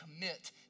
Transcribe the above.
commit